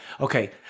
okay